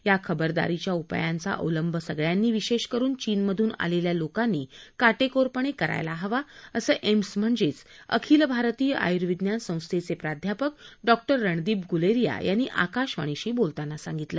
या खबरदारीच्या उपायाचा अवलंब सगळ्यांनी विशेष करून चीनमधून आलेल्या लोकांनी काटेकोरपणे करायला हवा असं एम्स म्हणजेच अखिल भारतीय आयुर्विज्ञान संस्थेचे प्राध्यापक डॉक्टर रणदीप गुलेरिया यांनी आकाशवाणी शी बोलताना सांगितलं